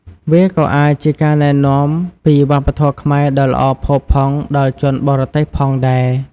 វាក៏អាចជាការណែនាំពីវប្បធម៌ខ្មែរដ៏ល្អផូរផង់ដល់ជនបរទេសផងដែរ។